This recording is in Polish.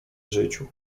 życiu